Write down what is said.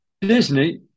Disney